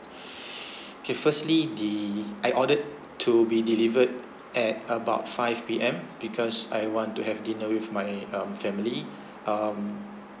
okay firstly the I ordered to be delivered at about five P_M because I want to have dinner with my um family um